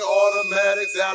Automatics